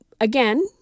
Again